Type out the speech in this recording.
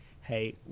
hey